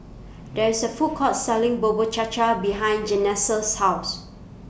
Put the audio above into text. There IS A Food Court Selling Bubur Cha Cha behind Janessa's House